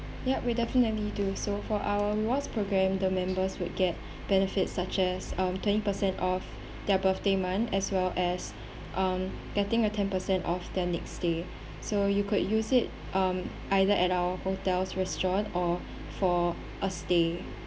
yup we definitely do so for our rewards program the members would get benefits such as um twenty percent off their birthday month as well as um getting a ten percent off their next stay so you could use it um either at our hotel's restaurant or for a stay